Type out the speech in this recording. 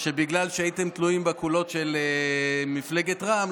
שבגלל שהייתם תלויים בקולות של מפלגת רע"מ,